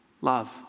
love